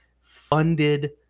funded